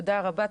תודה רבה,